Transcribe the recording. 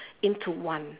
into one